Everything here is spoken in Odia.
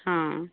ହଁ